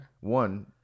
One